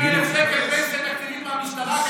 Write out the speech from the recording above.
60,000 שקל פנסיה מהמשטרה,